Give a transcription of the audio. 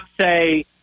say